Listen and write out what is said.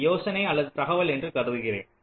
இதை யோசனை அல்லது தகவல் என்று கருதுகிறேன்